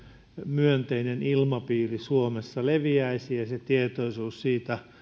myönteinen ilmapiiri suomessa leviäisi ja se tietoisuus siitä